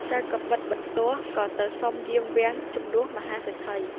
ចៅកាំបិតបន្ទោះក៏សុំទៅយាមវាំងជំនួសមហាសេដ្ឋី។